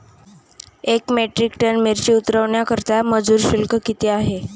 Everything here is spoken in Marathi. एक मेट्रिक टन मिरची उतरवण्याकरता मजूर शुल्क किती आहे?